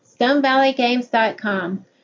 StoneValleyGames.com